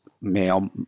male